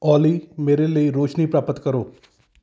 ਓਲੀ ਮੇਰੇ ਲਈ ਰੋਸ਼ਨੀ ਪ੍ਰਾਪਤ ਕਰੋ